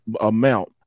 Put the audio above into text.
amount